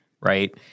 right